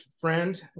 friend